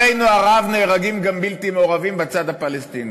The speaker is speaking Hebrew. נהרגים גם בלתי מעורבים בצד הפלסטיני.